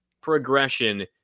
progression